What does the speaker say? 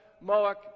Moak